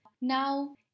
Now